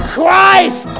Christ